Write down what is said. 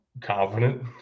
confident